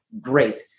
Great